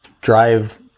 drive